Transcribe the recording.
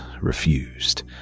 refused